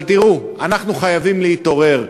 אבל תראו, אנחנו חייבים להתעורר.